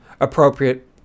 appropriate